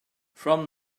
from